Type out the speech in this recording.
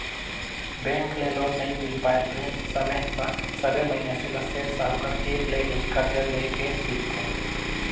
bank ले loan नइ मिल पाय तेन समे म सबे मइनसे ल सेठ साहूकार तीर ले ही करजा लेए के दिखथे